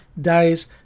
days